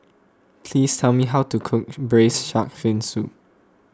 please tell me how to cook Braised Shark Fin Soup